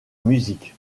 musique